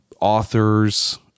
authors